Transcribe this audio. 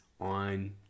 on